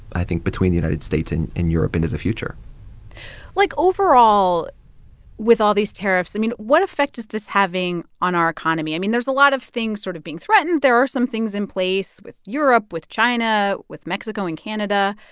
i think, between the united states and europe into the future like, overall with all these tariffs, i mean, what effect is this having on our economy? i mean, there's a lot of things sort of being threatened. there are some things in place with europe, with china, with mexico and canada.